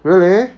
really